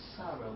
sorrow